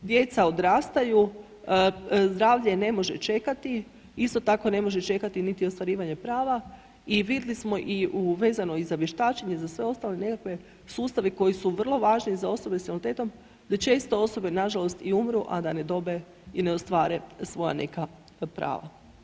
Djeca odrastaju, zdravlje ne može čekati, isto tako ne može čekati niti ostvarivanje prava i vidli smo i u, vezano i za vještačenje i za sve ostale nekakve sustave koji su vrlo važni za osobe s invaliditetom da često osobe nažalost i umru, a da ne dobe i ne ostvare svoja neka prava.